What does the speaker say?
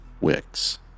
Wicks